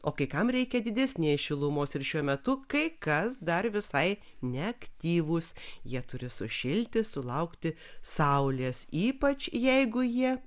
o kai kam reikia didesnės šilumos ir šiuo metu kai kas dar visai neaktyvūs jie turi sušilti sulaukti saulės ypač jeigu jie